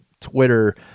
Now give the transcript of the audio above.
Twitter